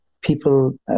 people